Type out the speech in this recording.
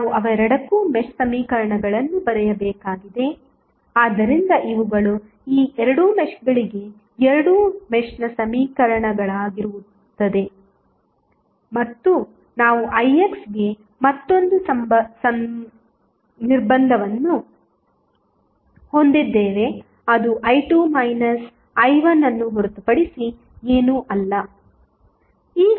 ನಾವು ಅವೆರಡಕ್ಕೂ ಮೆಶ್ ಸಮೀಕರಣಗಳನ್ನು ಬರೆಯಬೇಕಾಗಿದೆ ಆದ್ದರಿಂದ ಇವುಗಳು ಈ ಎರಡು ಮೆಶ್ಗಳಿಗೆ ಎರಡು ಮೆಶ್ನ ಸಮೀಕರಣಗಳಾಗಿರುತ್ತವೆ ಮತ್ತು ನಾವು ix ಗೆ ಮತ್ತೊಂದು ನಿರ್ಬಂಧವನ್ನು ಹೊಂದಿದ್ದೇವೆ ಅದು i2 i1 ಅನ್ನು ಹೊರತುಪಡಿಸಿ ಏನೂ ಅಲ್ಲ